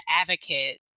advocate